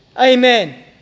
Amen